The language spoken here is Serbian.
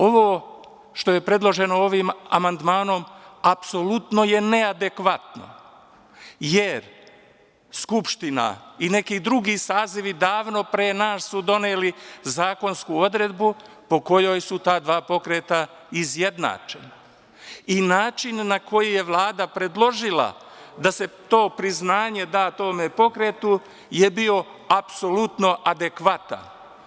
Ovo što je predloženo ovim amandmanom apsolutno je neadekvatno, jer Skupština i neki drugi sazivi davno pre nas su doneli zakonsku odredbu po kojoj su ta dva pokreta izjednačena i način na koji je Vlada predložila da se to priznanje da tom pokretu je bio apsolutno adekvatan.